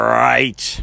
right